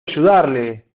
ayudarle